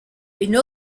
une